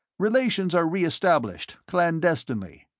relations are reestablished, clandestinely.